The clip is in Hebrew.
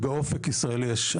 באופק ישראלי יש,